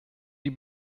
die